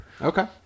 Okay